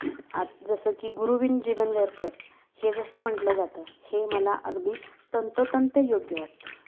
आत जसं की गुरुविण जीवन व्यर्थ हे जसं म्हटलं जातं हे मला अगदी तंतोतंत योग्य वाटतं